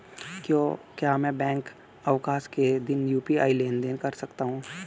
क्या मैं बैंक अवकाश के दिन यू.पी.आई लेनदेन कर सकता हूँ?